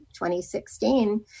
2016